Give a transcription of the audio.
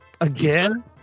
again